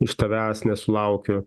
iš tavęs nesulaukiu